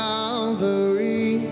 Calvary